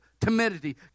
timidity